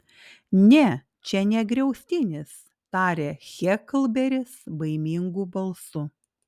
ne čia ne griaustinis tarė heklberis baimingu balsu